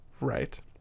Right